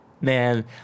man